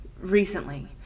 recently